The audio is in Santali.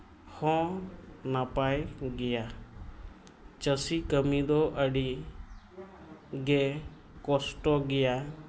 ᱦᱚᱸ ᱱᱟᱯᱟᱭ ᱜᱮᱭᱟ ᱪᱟᱹᱥᱤ ᱠᱟᱹᱢᱤ ᱫᱚ ᱟᱹᱰᱤ ᱜᱮ ᱠᱚᱥᱴᱚ ᱜᱮᱭᱟ